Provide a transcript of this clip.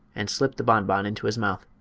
and slipped the bonbon into his mouth.